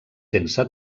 sense